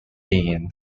dean